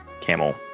Camel